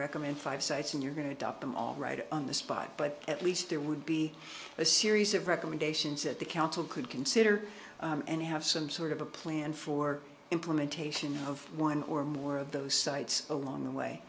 recommend five sites and you're going to drop them all right on the spot but at least there would be a series of recommendations that the council could consider and have some sort of a plan for implementation of one or more of those sites along the way